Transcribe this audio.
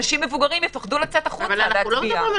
אנשים מבוגרים יפחדו לצאת החוצה להצביע.